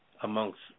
amongst